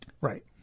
Right